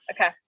okay